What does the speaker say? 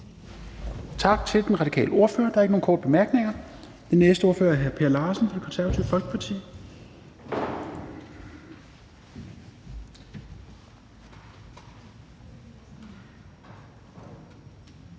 Tak til Enhedslistens ordfører. Der er ikke flere korte bemærkninger. Den næste ordfører er hr. Marcus Knuth, Det Konservative Folkeparti.